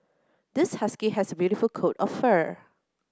this husky has a beautiful coat of fur